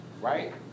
Right